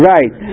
Right